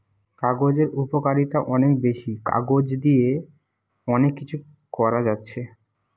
কাগজের উপকারিতা অনেক বেশি, কাগজ দিয়ে অনেক কিছু করা যাচ্ছে